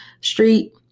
Street